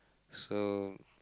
so